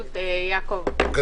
הישיבה ננעלה בשעה 12:23.